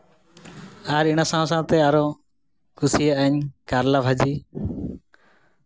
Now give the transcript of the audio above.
ᱟᱨ ᱤᱱᱟᱹ ᱥᱟᱶ ᱥᱟᱶᱛᱮ ᱟᱨᱚ ᱠᱩᱥᱤᱭᱟᱜᱼᱟᱹᱧ ᱠᱟᱨᱞᱟ ᱵᱷᱟᱹᱡᱤ